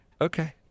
Okay